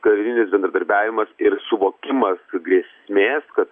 karinis bendradarbiavimas ir suvokimas grėsmės kad